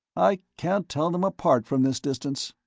i can't tell em apart from this distance.